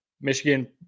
Michigan